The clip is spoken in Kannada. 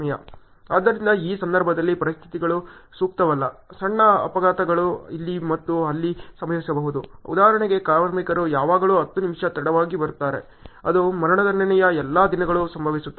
ಆದ್ದರಿಂದ ಈ ಸಂದರ್ಭದಲ್ಲಿ ಪರಿಸ್ಥಿತಿಗಳು ಸೂಕ್ತವಲ್ಲ ಸಣ್ಣ ಅಪಘಾತಗಳು ಇಲ್ಲಿ ಮತ್ತು ಅಲ್ಲಿ ಸಂಭವಿಸಬಹುದು ಉದಾಹರಣೆಗೆ ಕಾರ್ಮಿಕರು ಯಾವಾಗಲೂ 10 ನಿಮಿಷ ತಡವಾಗಿ ಬರುತ್ತಾರೆ ಅದು ಮರಣದಂಡನೆಯ ಎಲ್ಲಾ ದಿನಗಳಲ್ಲಿ ಸಂಭವಿಸುತ್ತದೆ